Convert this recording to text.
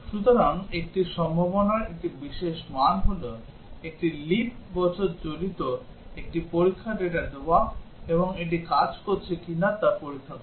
সুতরাং একটি সম্ভাবনার একটি বিশেষ মান হল একটি লিপ বছর জড়িত একটি পরীক্ষা ডেটা দেওয়া এবং এটি কাজ করছে কিনা তা পরীক্ষা করে